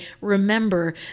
remember